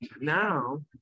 now